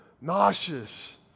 nauseous